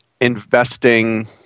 investing